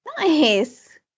Nice